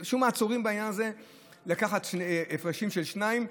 מעצורים לקחת בעניין הזה הפרשים של שניים.